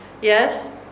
Yes